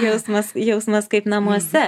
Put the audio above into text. jausmas jausmas kaip namuose